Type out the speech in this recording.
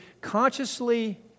consciously